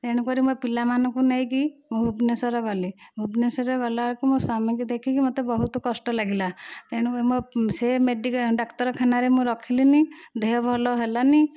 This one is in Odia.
ତେଣୁକରି ମୋ ପିଲାମାନଙ୍କୁ ନେଇକି ଭୁବନେଶ୍ବର ଗଲି ଭୁବନେଶ୍ୱରରେ ଗଲାବେଳକୁ ମୋ ସ୍ବାମୀ କୁ ଦେଖି ମୋତେ ବହୁତ କଷ୍ଟ ଲାଗିଲା ଏଣୁ ମୋ ସେ ମେଡିକାଲ ଡାକ୍ତରଖାନା ରେ ମୁଁ ରଖିଲିନି ଦେହ ଭଲ ହେଲାନି